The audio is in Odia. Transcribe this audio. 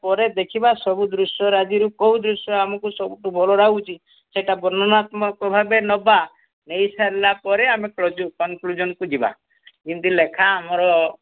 ପରେ ଦେଖିବା ସବୁ ଦୃଶ୍ୟରାଜିରୁ କେଉଁ ଦୃଶ୍ୟ ଆମକୁ ସବୁଠୁ ଭଲ ଲାଗୁଛି ସେଇଟା ବର୍ଣ୍ଣନାତ୍ମକ ଭାବେ ନେବା ନେଇ ସାରିଲାପରେ ଆମେ କନ୍କ୍ଲୁଜନ୍କୁ ଯିବା ଯେମିତି ଲେଖା ଆମର